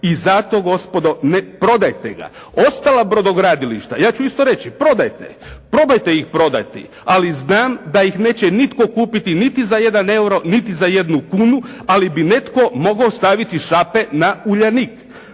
i zato gospodo ne prodajte ga. Ostala brodogradilišta, ja ću isto reći prodajte. Probajte ih prodati, ali znam da ih neće nitko kupiti niti za jedan euro, niti za jednu kunu, ali bi netko mogao staviti šape na "Uljanik".